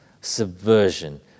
Subversion